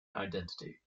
identity